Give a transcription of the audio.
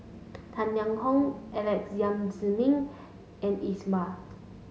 Tang Liang Hong Alex Yam Ziming and Iqbal